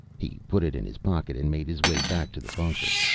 he put it in his pocket and made his way back to the bunker.